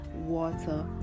water